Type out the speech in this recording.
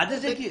עד איזה גיל?